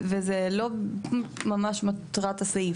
וזה לא ממש מטרת הסעיף.